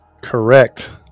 Correct